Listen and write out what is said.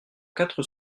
quatre